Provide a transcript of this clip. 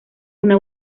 una